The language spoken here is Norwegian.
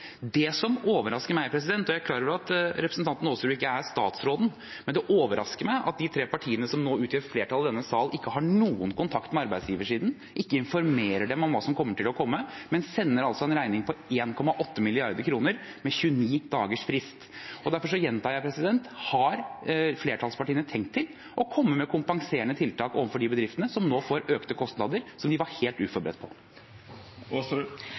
Det som overrasker meg – og jeg er klar over at representanten Aasrud ikke er statsråden – er at de tre partiene som nå utgjør flertallet i denne salen, ikke har noen kontakt med arbeidsgiversiden, og ikke informerer dem om hva som kommer til å komme, men sender altså en regning på 1,8 mrd. kr med 29 dagers frist. Derfor gjentar jeg: Har flertallspartiene tenkt å komme med kompenserende tiltak overfor de bedriftene som nå får økte kostnader som de var helt uforberedt på?